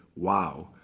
wow.